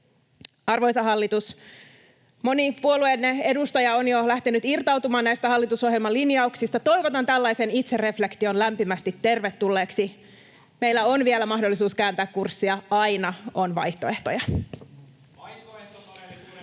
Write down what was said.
Arvoisa hallitus, moni puolueiden edustaja on jo lähtenyt irtautumaan näistä hallitusohjelman linjauksista. Toivotan tällaisen itsereflektion lämpimästi tervetulleeksi. Meillä on vielä mahdollisuus kääntää kurssia. Aina on vaihtoehtoja.